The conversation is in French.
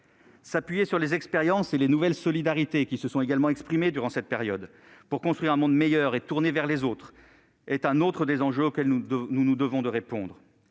S'appuyer sur les expériences et les nouvelles solidarités qui se sont également exprimées durant cette période, pour construire un monde meilleur et tourné vers les autres, est un autre des enjeux auxquels nous nous devons de répondre.